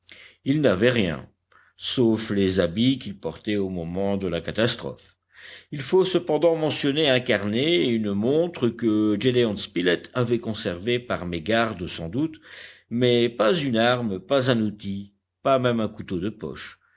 ils n'avaient rien sauf les habits qu'ils portaient au moment de la catastrophe il faut cependant mentionner un carnet et une montre que gédéon spilett avait conservée par mégarde sans doute mais pas une arme pas un outil pas même un couteau de poche